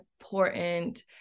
important